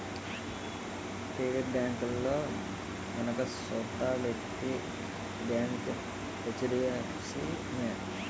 private బేంకుల్లో గనక సూత్తే పెద్ద బేంకు హెచ్.డి.ఎఫ్.సి నే